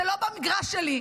זה לא במגרש שלי.